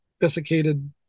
desiccated